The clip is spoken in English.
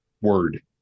word